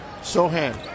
Sohan